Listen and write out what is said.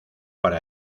para